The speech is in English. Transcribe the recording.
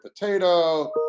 potato